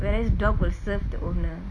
whereas dog will serve the owner